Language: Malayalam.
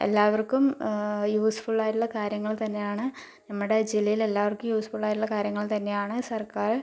എല്ലാവർക്കും യൂസ്ഫുൾ ആയിട്ടുള്ള കാര്യങ്ങൾ തന്നെയാണ് നമ്മടെ ജില്ലയിൽ എല്ലാവർക്കും യൂസ്ഫുൾ ആയിട്ടുള്ള കാര്യങ്ങൾ തന്നെയാണ് സർക്കാർ